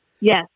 yes